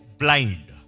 blind